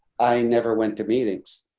i never went to meetings.